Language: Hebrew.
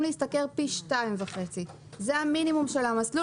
להשתכר פי 2.5. זה המינימום של המסלול.